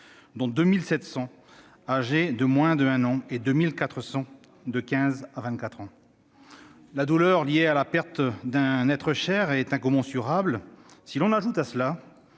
dont 2 700 âgés de moins de 1 an et 2 400 âgés de 15 à 24 ans. La douleur liée à la perte d'un être cher est incommensurable. Si l'on y ajoute les